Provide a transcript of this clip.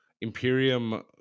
Imperium